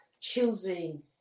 choosing